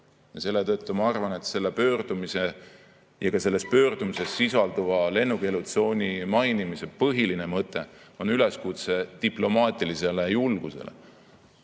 selle tõttu ma arvan, et selle pöördumise ja ka selles pöördumises sisalduva lennukeelutsooni mainimise põhiline mõte on üleskutse diplomaatilisele julgusele